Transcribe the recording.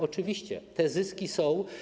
Oczywiście, te zyski są.